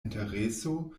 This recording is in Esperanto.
intereso